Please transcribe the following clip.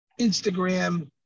Instagram